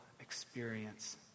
experience